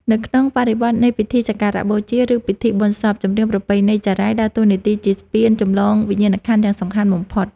នៅក្នុងបរិបទនៃពិធីសក្ការបូជា និងពិធីបុណ្យសព ចម្រៀងប្រពៃណីចារាយដើរតួនាទីជាស្ពានចម្លងវិញ្ញាណក្ខន្ធយ៉ាងសំខាន់បំផុត។